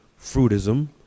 fruitism